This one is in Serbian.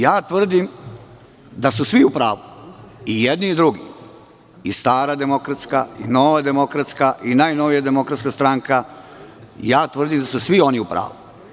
Ja tvrdim da su svi u pravu i jedni i drugi, i stara demokratska, nova demokratska i najnovija demokratska stranka i tvrdim da su svi oni u pravu.